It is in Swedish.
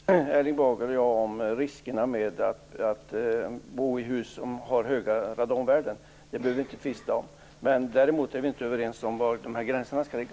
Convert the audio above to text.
Herr talman! Erling Bager och jag är överens om riskerna med att bo i hus med höga radonvärden. Det behöver vi alltså inte tvista om. Däremot är vi inte överens om var gränserna skall gå.